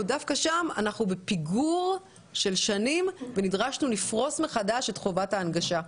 אנחנו בפיגור של שנים ונדרשנו לפרוט מחדש את חובת ההנגשה.